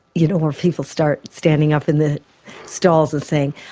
you know where people start standing up in the stalls and saying,